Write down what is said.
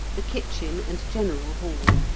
the kitchen and general hall,